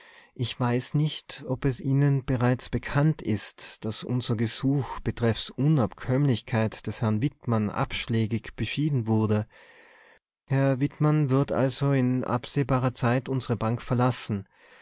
ich weiß nicht ob es ihnen bereits bekannt ist daß unser gesuch betreffs unabkömmlichkeit des herrn wittmann abschlägig beschieden wurde herr wittmann wird also in absehbarer zeit unsere bank verlassen